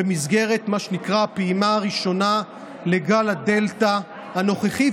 במסגרת מה שנקרא הפעימה הראשונה לגל הדלתא הנוכחי,